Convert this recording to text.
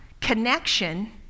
connection